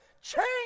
Change